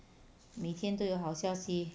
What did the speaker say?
每天都有好消息